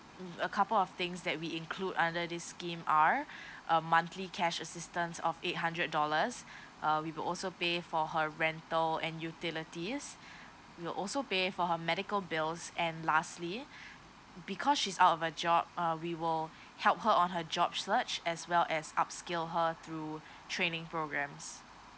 a couple of things that we include under this scheme are a monthly cash assistance of eight hundred dollars uh we will also pay for her rental and utilities we'll also pay for her medical bills and lastly because she's out of a job uh we will help her on her job search as well as upscale her through training programmes